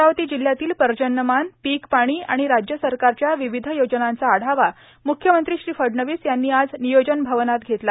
अमरावती जिल्ह्यातील पर्जन्यमान पिकपाणी आणि राज्य सरकारच्या विविध योजनांचा आढावा मुख्यमंत्री श्री फडणवीस यांनी आज नियोजनभवनात घेतला